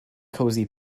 cosy